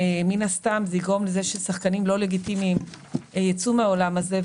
זה יגרום לזה ששחקנים לא לגיטימיים יצאו מהעולם הזה,